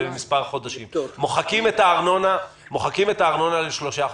עם מספר החודשים מוחקים את הארנונה לשלושה חודשים.